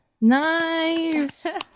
Nice